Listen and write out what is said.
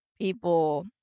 people